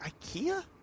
ikea